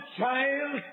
child